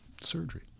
surgery